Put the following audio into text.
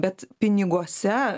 bet piniguose